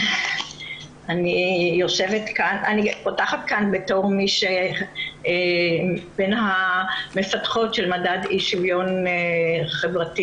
אני פותחת כאן בתור מי שהיא מבין המפתחות של מדד אי שוויון חברתי-מגדרי